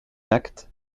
actes